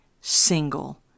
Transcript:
single